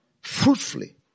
fruitfully